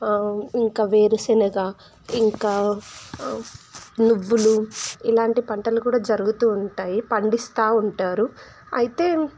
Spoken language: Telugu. ఇంకా వేరుశనగ ఇంకా నువ్వులు ఇలాంటి పంటలు కూడా జరుగుతు ఉంటాయి పండిస్తు ఉంటారు అయితే